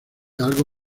algo